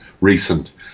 recent